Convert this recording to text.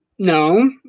No